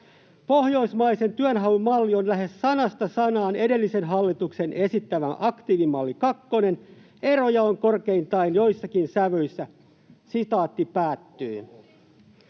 Pohjoismaisen työnhaun malli on lähes sanasta sanaan edellisen hallituksen esittämä aktiivimalli kakkonen. Eroja on korkeintaan joissakin sävyissä.” Arvoisat